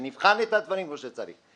שנבחן את הדברים כמו שצריך.